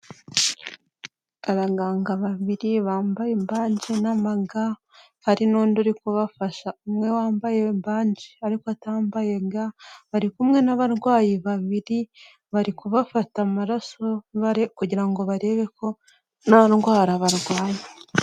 Abaganga babiri bambaye imbang' n'amaga, hari n'undi uri kubafasha umwe wambaye bange ariko atambaye bari kumwe n'abarwayi babiri barifguata amaraso kugira ngo barebe ko nta ndwara barwaye.